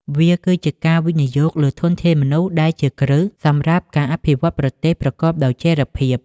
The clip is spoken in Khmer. វាគឺជាការវិនិយោគលើធនធានមនុស្សដែលជាគ្រឹះសម្រាប់ការអភិវឌ្ឍប្រទេសប្រកបដោយចីរភាព។